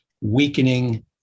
weakening